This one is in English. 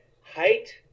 height